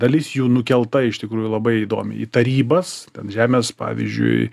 dalis jų nukelta iš tikrųjų labai įdomiai į tarybas ten žemės pavyzdžiui